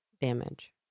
damage